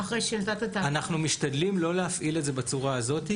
אנחנו משתדלים לא להפעיל את זה בצורה הזאת,